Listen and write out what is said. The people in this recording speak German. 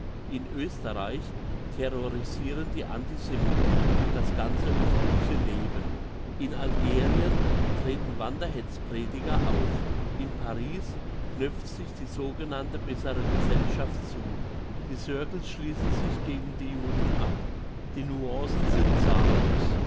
in oesterreich terrorisiren die antisemiten das ganze öffentliche leben in algerien treten wanderhetzprediger auf in paris knöpft sich die sogenannte bessere gesellschaft zu die cercles schliessen sich gegen die juden ab die nuancen sind zahllos